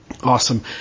Awesome